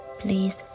please